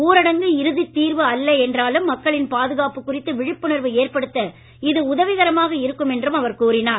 ஊரடங்கு இறுதி தீர்வு அல்ல என்றாலும் மக்களின் பாதுகாப்பு குறித்து விழிப்புணர்வு ஏற்படுத்த இது உதவிகரமாக இருக்கும் என்று அவர் கூறினார்